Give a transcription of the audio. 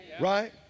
right